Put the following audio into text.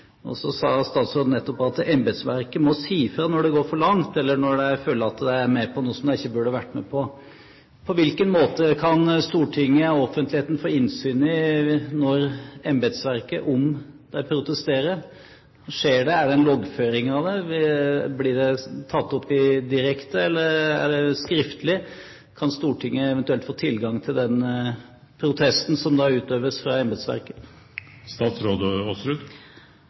Og så sa statsråden nettopp at embetsverket må si fra når det går for langt, eller når de føler at de er med på noe som de ikke burde vært med på. På hvilken måte kan Stortinget og offentligheten få innsyn i når embetsverket eventuelt protesterer? Er det en loggføring av det? Blir det tatt opp direkte, eller foregår det skriftlig? Kan Stortinget eventuelt få tilgang til den protesten som da utøves fra embetsverket?